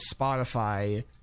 Spotify